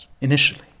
Initially